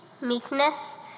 meekness